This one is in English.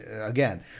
again